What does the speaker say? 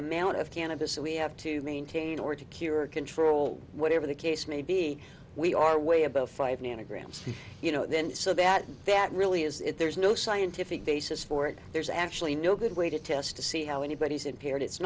amount of cannabis we have to maintain or to cure control whatever the case may be we are way above five nanograms you know then so that that really is it there's no scientific basis for it there's actually no good way to test to see how anybody is impaired it's